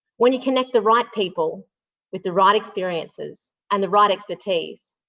when you connect the right people with the right experiences and the right expertise,